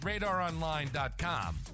radaronline.com